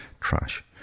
trash